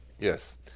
Yes